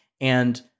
And-